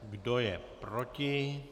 Kdo je proti?